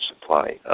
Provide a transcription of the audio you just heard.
supply